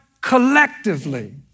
collectively